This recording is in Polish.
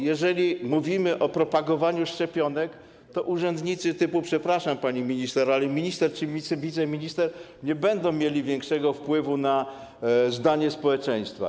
Jeżeli mówimy o propagowaniu szczepionek, to urzędnicy typu - przepraszam, pani minister - minister czy wiceminister nie będą mieli większego wpływu na zdanie społeczeństwa.